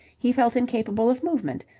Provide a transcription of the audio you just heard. he felt incapable of movement,